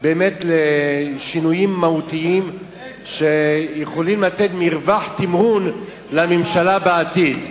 לשינויים מהותיים שיכולים לתת מרווח תמרון לממשלה בעתיד.